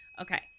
Okay